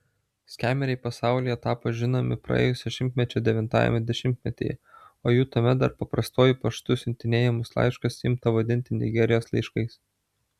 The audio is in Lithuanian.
skemeriai pasaulyje tapo žinomi praėjusio šimtmečio devintajame dešimtmetyje o jų tuomet dar paprastuoju paštu siuntinėjamus laiškus imta vadinti nigerijos laiškais